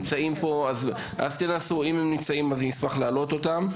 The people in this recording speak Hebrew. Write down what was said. אז תנסו אם הם נמצאים פה אז אני אשמח להעלות אותם.